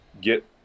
get